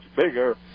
bigger